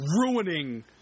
ruining